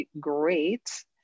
great